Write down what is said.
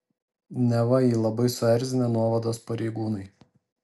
neva jį labai suerzinę nuovados pareigūnai